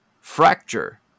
Fracture